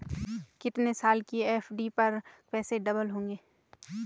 कितने साल की एफ.डी पर पैसे डबल होंगे?